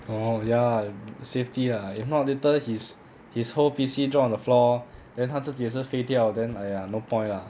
orh ya lah safety lah if not later his his whole P_C drop on the floor then 他自己也是飞掉 then !aiya! no point lah